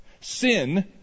Sin